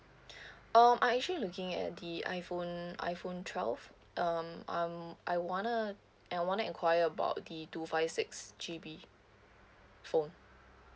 um I'm actually looking at the iPhone iPhone twelve um I want to I want to enquire about the two five six G_B phone